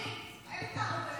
שירי, אין לי טענות אליך,